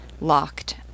locked